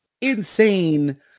insane